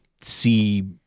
see